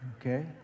okay